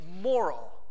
moral